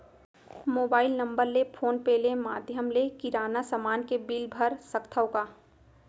Mobile number ले phone पे ले माधयम ले किराना समान के बिल भर सकथव का?